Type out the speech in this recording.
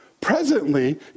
Presently